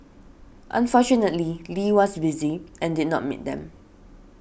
unfortunately Lee was busy and did not meet them